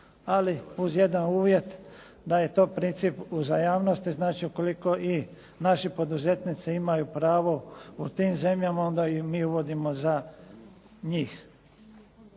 ali uz jedan uvjet da je to princip uzajamnosti, znači ukoliko i naši poduzetnici imaju pravo u tim zemljama, onda i mi uvodimo za njih.